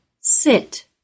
sit